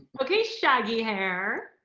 okay, shaggy hair.